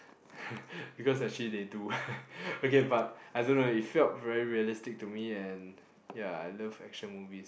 because actually they do okay but I don't know it felt very realistic to me and ya I love action movie